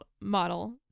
model